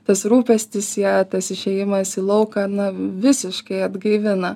tas rūpestis ja tas išėjimas į lauką na visiškai atgaivina